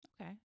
Okay